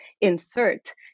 insert